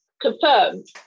confirmed